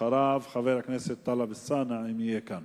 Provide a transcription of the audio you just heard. אחריו, חבר הכנסת טלב אלסאנע, אם יהיה כאן.